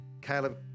Caleb